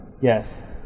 Yes